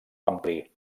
ampli